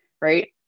right